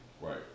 Right